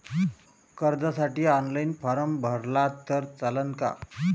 कर्जसाठी online form भरला तर चालन का?